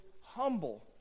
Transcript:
humble